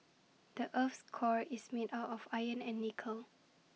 the Earth's core is made out of iron and nickel